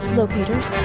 locators